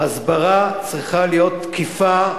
ההסברה צריכה להיות תקיפה,